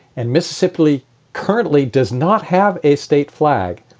and mississippi currently does not have a state flag.